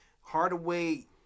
Hardaway